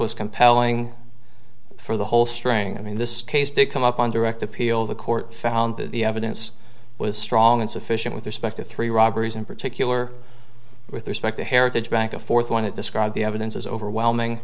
was compelling for the whole string i mean this case to come up on direct appeal the court found that the evidence was strong and sufficient with respect to three robberies in particular with respect to heritage bank a fourth one to describe the evidence is overwhelming